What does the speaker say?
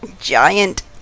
giant